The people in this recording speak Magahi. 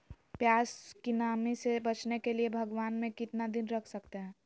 प्यास की नामी से बचने के लिए भगवान में कितना दिन रख सकते हैं?